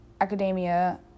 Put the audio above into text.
Academia